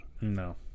No